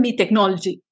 technology